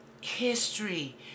History